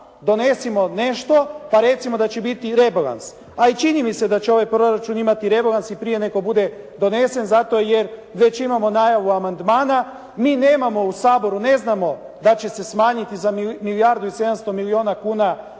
donesimo nešto, pa recimo da će biti rebalans, a i čini mi se da će ovaj proračun imati rebalans i prije nego bude donesen zato jer već imamo najavu amandmana. Mi nemamo u Saboru, ne znamo da će se smanjiti za milijardu i 700 milijuna kuna